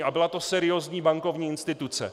A byla to seriózní bankovní instituce.